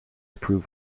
prove